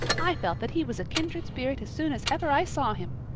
i felt that he was a kindred spirit as soon as ever i saw him.